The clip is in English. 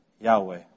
Yahweh